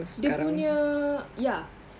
dia punya ya